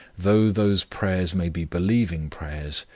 though those prayers may be believing prayers,